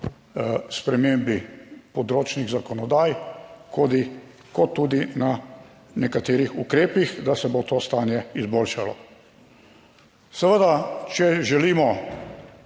spremembi področnih zakonodaj, tudi kot tudi na nekaterih ukrepih, da se bo to stanje izboljšalo. Seveda, če želimo